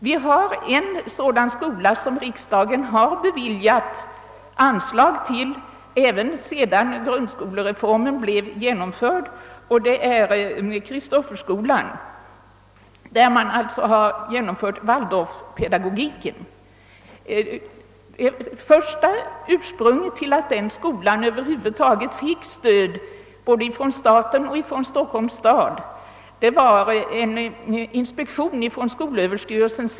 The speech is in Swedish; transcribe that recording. Vi har en sådan skola som riksdagen har beviljat anslag till även sedan grundskolereformen blev genomförd, nämligen Kristofferskolan, där man har genomfört waldorfpedagogiken. Ursprunget till att denna skola över huvud taget fick stöd både från staten och från Stockholms stad var en inspektion från skolöverstyrelsen.